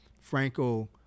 Franco